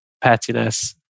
pettiness